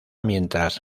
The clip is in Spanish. mientras